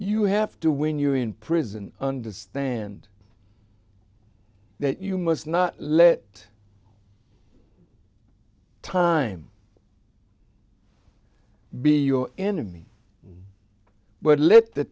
you have to when you're in prison understand that you must not let time be your enemy but let the